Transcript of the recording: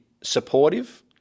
supportive